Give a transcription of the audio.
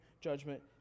judgment